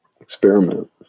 experiment